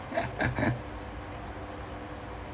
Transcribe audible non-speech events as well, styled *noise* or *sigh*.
*laughs*